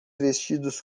vestidos